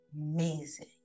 amazing